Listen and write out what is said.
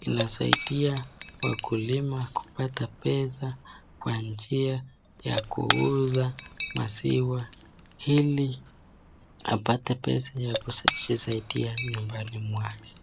inasaidia wakulima kupata pesa kwa njia ya kuuza maziwa ili apate pesa ta kujisaidia nyumbani mwake.